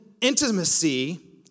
intimacy